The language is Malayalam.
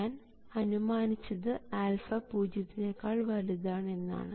ഞാൻ അനുമാനിച്ചത് α പൂജ്യത്തിനെക്കാൾ വലുതാണ് എന്നാണ്